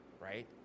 right